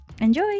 Enjoy